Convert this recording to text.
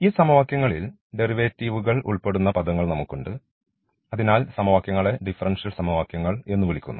ഈ സമവാക്യങ്ങളിൽ ഡെറിവേറ്റീവുകൾ ഉൾപ്പെടുന്ന പദങ്ങൾ നമുക്കുണ്ട് അതിനാൽ സമവാക്യങ്ങളെ ഡിഫറൻഷ്യൽ സമവാക്യങ്ങൾ എന്ന് വിളിക്കുന്നു